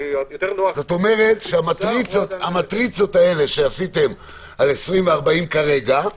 כלומר המטריצות שעשיתם על 20 ו-40 כרגע,